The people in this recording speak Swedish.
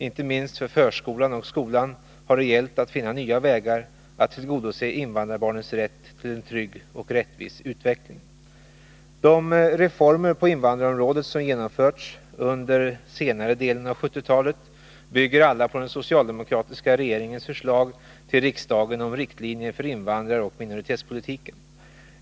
Inte minst för förskolan och skolan har det gällt att finna nya vägar att tillgodose invandrarbarnens rätt till en trygg och rättvis utveckling. De reformer på invandrarområdet som genomförts under senare delen av 1970-talet bygger alla på den socialdemokratiska regeringens förslag till riksdagen om riktlinjer för invandraroch minoritetspolitiken.